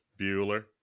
Bueller